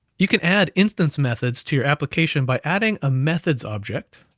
you can add instance methods to your application by adding a methods object